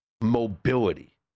mobility